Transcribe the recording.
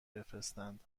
بفرستند